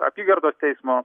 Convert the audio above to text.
apygardos teismo